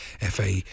FA